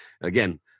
again